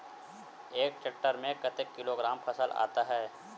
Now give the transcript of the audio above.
एक टेक्टर में कतेक किलोग्राम फसल आता है?